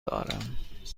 دارم